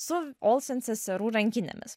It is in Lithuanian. su olsen seserų rankinėmis